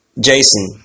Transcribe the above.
Jason